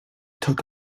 took